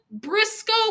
Briscoe